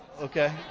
okay